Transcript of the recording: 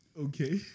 Okay